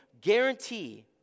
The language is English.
guarantee